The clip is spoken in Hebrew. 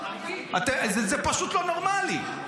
זה פשוט לא נורמלי,